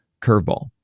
curveball